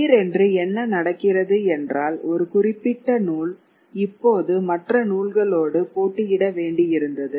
திடீரென்று என்ன நடக்கிறது என்றால் ஒரு குறிப்பிட்ட நூல் இப்போது மற்ற நூல்களோடு போட்டியிட வேண்டியிருந்தது